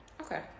Okay